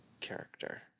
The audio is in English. character